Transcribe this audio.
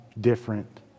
different